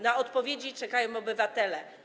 Na odpowiedzi czekają obywatele.